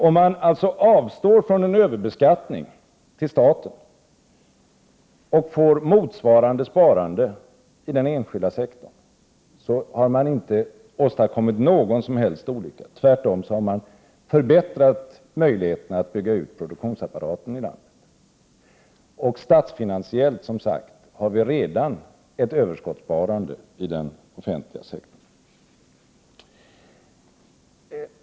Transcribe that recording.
Om man avstår från en överbeskattning till staten och får motsvarande sparande i den enskilda sektorn, har man inte åstadkommit någon som helst olycka, tvärtom har man förbättrat möjligheterna att bygga ut produktionsapparaten i landet. Statsfinansiellt har vi, som sagt, redan ett överskottssparande i den offentliga sektorn.